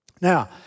Now